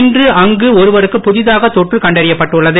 இன்று அங்கு ஒருவருக்கு புதிதாக தொற்று கண்டறியப்பட்டுள்ளது